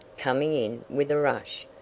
coming in with a rush.